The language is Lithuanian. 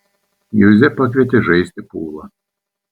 juzę pakvietė žaisti pulą